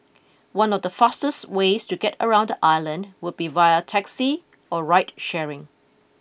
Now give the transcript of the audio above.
one of the fastest ways to get around the island would be via taxi or ride sharing